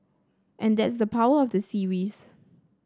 and that's the power of the series